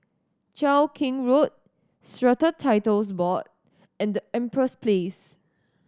Cheow Keng Road Strata Titles Board and Empress Place